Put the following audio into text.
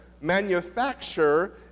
manufacture